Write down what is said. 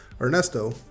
Ernesto